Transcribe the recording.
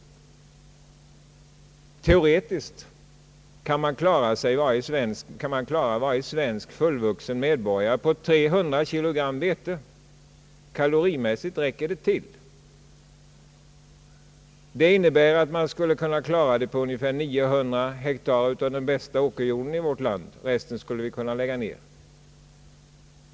Teoretiskt kan varje svensk fullvuxen medborgare klara sig på 300 kilogram vete; kalorimässigt räcker det till. Detta innebär att man skulle klara produktionen på ungefär 600 000 hektar av den bästa åkerjorden i vårt land. Resten skulle vi kunna lägga ned.